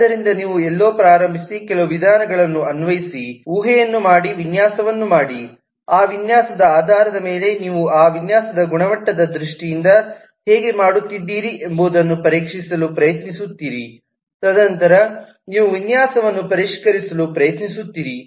ಆದ್ದರಿಂದ ನೀವು ಎಲ್ಲೋ ಪ್ರಾರಂಭಿಸಿ ಕೆಲವು ವಿಧಾನಗಳನ್ನು ಅನ್ವಯಿಸಿ ಊಹೆಯನ್ನು ಮಾಡಿ ವಿನ್ಯಾಸವನ್ನು ಮಾಡಿ ಆ ವಿನ್ಯಾಸದ ಆಧಾರದ ಮೇಲೆ ನೀವು ಆ ವಿನ್ಯಾಸದ ಗುಣಮಟ್ಟದ ದೃಷ್ಟಿಯಿಂದ ಹೇಗೆ ಮಾಡುತ್ತಿದ್ದೀರಿ ಎಂಬುದನ್ನು ಪರೀಕ್ಷಿಸಲು ಪ್ರಯತ್ನಿಸುತ್ತೀರಿ ತದನಂತರ ನೀವು ವಿನ್ಯಾಸವನ್ನು ಪರಿಷ್ಕರಿಸಲು ಪ್ರಯತ್ನಿಸುತ್ತೀರಿ